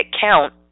count